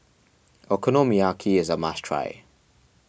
Okonomiyaki is a must try